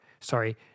sorry